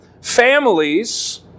families